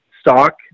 stock